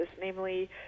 namely